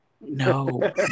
No